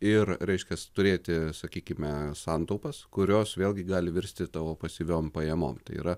ir reiškias turėti sakykime santaupas kurios vėlgi gali virsti tavo pasyviom pajamom yra